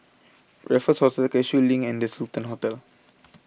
Raffles Hospital Cashew Link and the Sultan Hotel